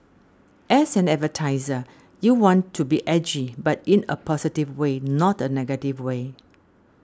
as an advertiser you want to be edgy but in a positive way not a negative way